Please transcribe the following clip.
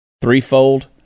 threefold